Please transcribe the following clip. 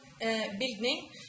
building